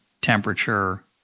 temperature